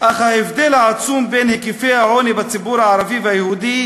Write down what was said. אך ההבדל העצום בהיקף העוני בין הציבור הערבי ליהודי